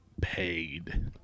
paid